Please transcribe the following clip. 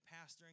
pastoring